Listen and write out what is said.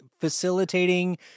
facilitating